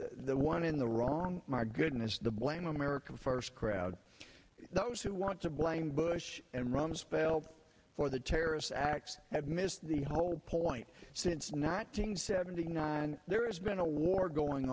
the one in the wrong maher goodness the blame america first crowd those who want to blame bush and rumsfeld for the terrorist acts have missed the whole point since not being seventy nine there's been a war going